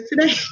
today